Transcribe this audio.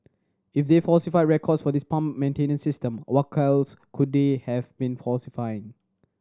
if they falsified records for this pump maintenance system what else could they have been falsifying